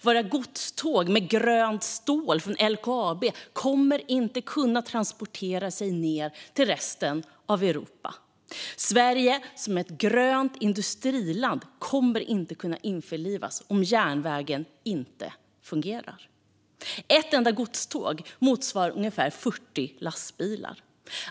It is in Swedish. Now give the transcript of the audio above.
Våra godståg med grönt stål från LKAB kommer inte att kunna åka ned till resten av Europa. Sverige som ett grönt industriland kommer inte att kunna förverkligas om järnvägen inte fungerar. Ett enda godståg motsvarar ungefär 40 lastbilar.